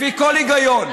לפי כל היגיון.